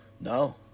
No